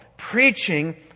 preaching